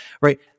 right